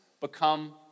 become